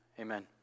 Amen